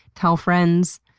tell friends.